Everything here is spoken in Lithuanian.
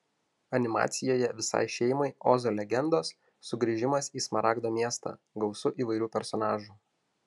animacijoje visai šeimai ozo legendos sugrįžimas į smaragdo miestą gausu įvairių personažų